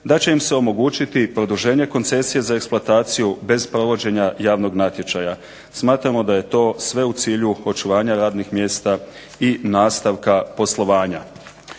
da će im se omogućiti produženje koncesije za eksploataciju bez provođenja javnog natječaja. Smatramo da je to sve u cilju očuvanja radnih mjesta i nastavka poslovanja.